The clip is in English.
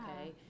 okay